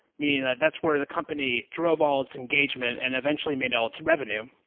meaning that's where the company drove all its engagement and eventually made all its revenue,